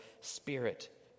spirit